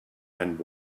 and